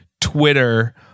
Twitter